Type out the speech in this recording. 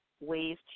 ways